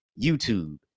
YouTube